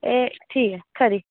एह् ठीक ऐ खरी